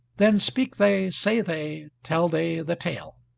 then speak they, say they, tell they the tale